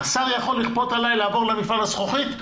השר יכול לכפות עליי לעבור למפעל הזכוכית?